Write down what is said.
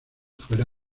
fuera